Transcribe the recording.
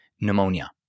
pneumonia